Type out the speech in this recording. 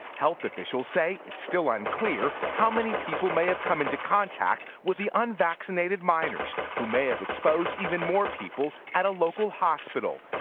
health officials say still unclear how many people may have come into contact with the unvaccinated minors, who may have exposed even more people at a local hospital.